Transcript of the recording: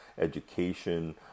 education